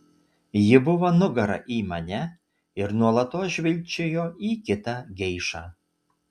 ji buvo nugara į mane ir nuolatos žvilgčiojo į kitą geišą